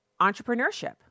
entrepreneurship